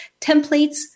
templates